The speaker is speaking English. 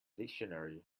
dictionary